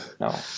No